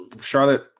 Charlotte